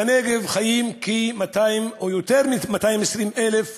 בנגב חיים יותר מ-220,000 בני-אדם.